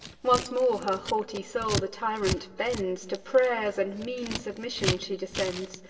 once more her haughty soul the tyrant bends to pray'rs and mean submissions she descends.